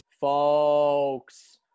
Folks